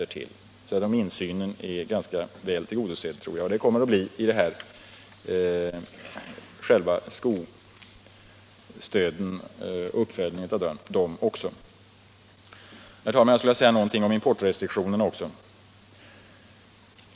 Jag tror därför att den insynen är väl tillgodosedd, och det tror jag även att den kommer att bli vid uppföljningen av stödet på skoområdet. Herr talman! Jag vill säga någonting om exportrestriktionerna också.